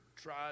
Try